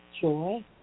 joy